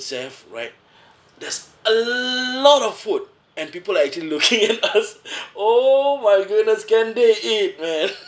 itself right there's a lot of food and people actually looking at us oh my goodness can they eat man